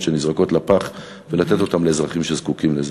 שנזרקים לפח ולתת אותם לאזרחים שזקוקים לזה.